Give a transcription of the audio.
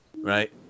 right